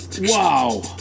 wow